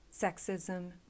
sexism